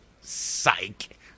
Psych